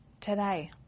today